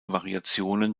variationen